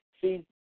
See